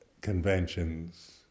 conventions